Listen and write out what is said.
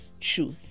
truth